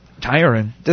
Tiring